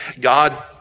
God